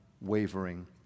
wavering